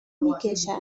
میکشن